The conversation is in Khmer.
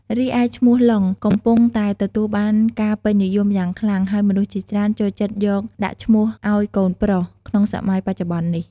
រីឯឈ្មោះ "ឡុង" កំពុងតែទទួលបានការពេញនិយមយ៉ាងខ្លាំង ហើយមនុស្សជាច្រើន ចូលចិត្តយកដាក់ឈ្មោះឲ្យកូនប្រុស ក្នុងសម័យបច្ចុប្បន្ននេះ។